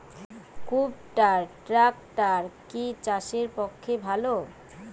কুবটার ট্রাকটার কি চাষের পক্ষে ভালো?